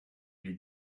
les